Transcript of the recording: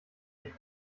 ich